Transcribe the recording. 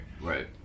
Right